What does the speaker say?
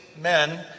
men